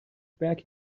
back